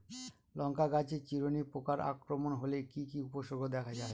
লঙ্কা গাছের চিরুনি পোকার আক্রমণ হলে কি কি উপসর্গ দেখা যায়?